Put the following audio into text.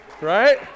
Right